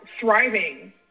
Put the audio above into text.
thriving